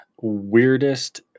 weirdest